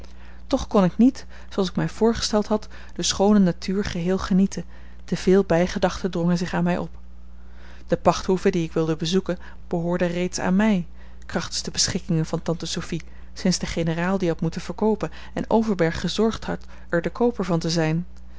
toch kon ik niet zooals ik mij voorgesteld had de schoone natuur geheel genieten te veel bijgedachten drongen zich aan mij op de pachthoeve die ik wilde bezoeken behoorde reeds aan mij krachtens de beschikkingen van tante sophie sinds de generaal die had moeten verkoopen en overberg gezorgd had er de kooper van te zijn